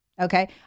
Okay